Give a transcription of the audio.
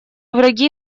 враги